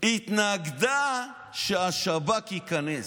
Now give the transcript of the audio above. היא התנגדה שהשב"כ ייכנס.